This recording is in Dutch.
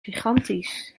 gigantisch